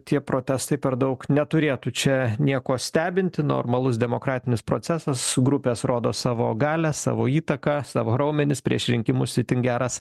tie protestai per daug neturėtų čia nieko stebinti normalus demokratinis procesas su grupės rodo savo galią savo įtaką savo raumenis prieš rinkimus itin geras